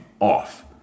off